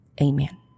amen